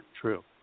true